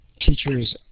teachers